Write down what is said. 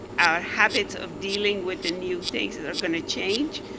habits of dealing with the new things are going to change.